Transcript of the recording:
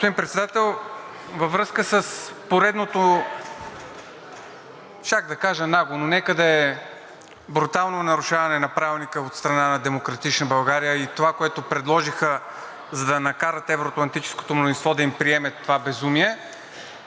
Господин Председател, във връзка с поредното щях да кажа нагло, но нека да е брутално нарушаване на Правилника от страна на „Демократична България“ и това, което предложиха, за да накарат евро-атлантическото мнозинство да им приеме това безумие,